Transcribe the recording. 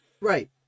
Right